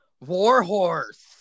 Warhorse